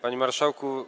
Panie Marszałku!